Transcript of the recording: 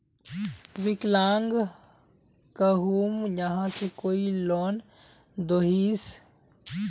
विकलांग कहुम यहाँ से कोई लोन दोहिस?